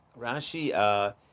Rashi